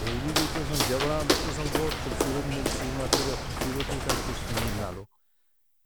دہلیبی توسن جابران توسن بہت خوبصورت ملسی مطلب ہے خوبصورتی سنگھ کشمیری نالو